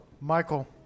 Michael